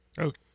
Okay